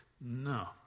no